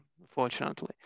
unfortunately